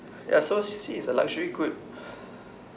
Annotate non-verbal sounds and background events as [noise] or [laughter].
ya so see it's a luxury good [breath]